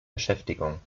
beschäftigung